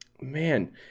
man